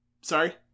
Sorry